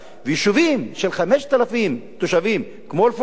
ויישובים של 5,000 תושבים כמו אל-פורעה,